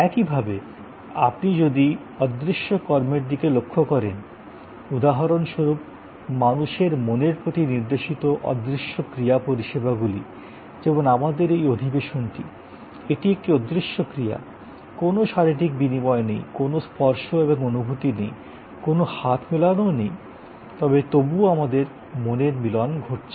একইভাবে আপনি যদি অদৃশ্য কর্মের দিকে লক্ষ্য করেন উদাহরণস্বরূপ মানুষের মনের প্রতি নির্দেশিত অদৃশ্য ক্রিয়া পরিষেবাগুলি যেমন আমাদের এই অধিবেশনটি এটি একটি অদৃশ্য ক্রিয়া কোনও শারীরিক বিনিময় নেই কোনও স্পর্শ এবং অনুভূতি নেই কোনও হাত মেলানো নেই তবুও আমাদের মনের মিলন ঘটছে